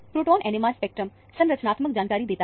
proton NMR spectrum संरचनात्मक जानकारी देता है